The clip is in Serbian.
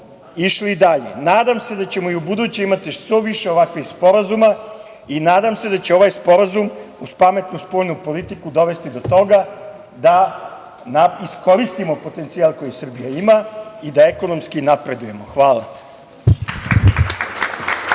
išli dalje. Nadam se da ćemo i u buduće imati što više ovakvih sporazuma i nadam se da će ovaj sporazum uz pametnu spoljnu politiku dovesti do toga da iskoristimo potencijal koji Srbija ima i da ekonomski napredujemo. Hvala.